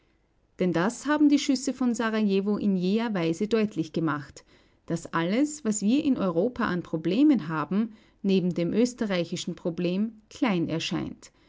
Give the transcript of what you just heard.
denn das haben die schüsse von serajewo in jäher weise deutlich gemacht daß alles was wir in europa an problemen haben neben dem österreichischen problem klein erscheint